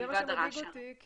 זה מה שמדאיג אותי,